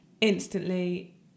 instantly